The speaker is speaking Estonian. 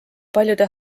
paljude